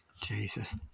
Jesus